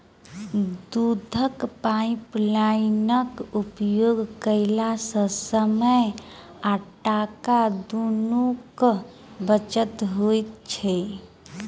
दूधक पाइपलाइनक उपयोग कयला सॅ समय आ टाका दुनूक बचत होइत छै